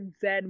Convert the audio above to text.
Zed